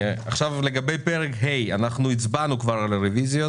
לגבי פרק ה', כבר הצבענו על הרביזיות